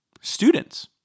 students